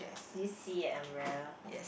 did you see an umbrella